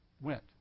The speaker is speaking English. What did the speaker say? went